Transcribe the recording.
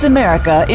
America